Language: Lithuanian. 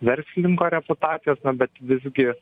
verslininko reputacijos na bet visgi